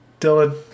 Dylan